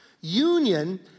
Union